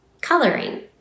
Coloring